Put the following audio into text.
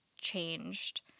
changed